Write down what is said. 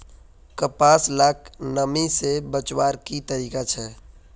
कपास लाक नमी से बचवार की तरीका छे?